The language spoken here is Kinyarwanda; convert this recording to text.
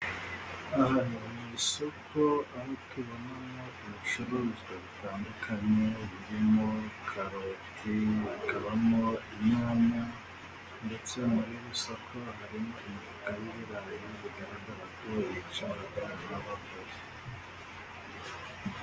Aha ni mu isoko aho tubonamo ibicuruzwa bitandukanye birimo karoti, hakabamo inyanya, ndetse muri iri soko harimo imifuka y'ibirayi bigaragara ko icuruzwa n'abagore